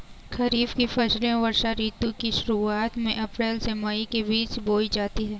खरीफ की फसलें वर्षा ऋतु की शुरुआत में अप्रैल से मई के बीच बोई जाती हैं